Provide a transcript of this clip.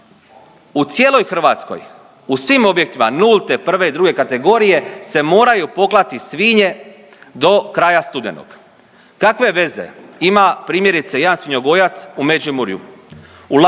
u cijeloj Hrvatskoj u svim objektima nulte, prve i druge kategorije se moraju poklati svinje do kraja studenog. Kakve veze ima primjerice jedan svinjogojac u Međimurju,